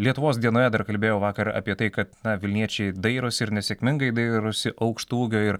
lietuvos dienoje dar kalbėjau vakar apie tai kad na vilniečiai dairosi ir nesėkmingai dairosi aukštaūgio ir